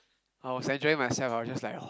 I was enjoying myself I was just like